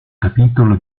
capitolo